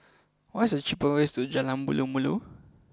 what is the cheapest way to Jalan Malu Malu